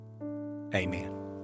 amen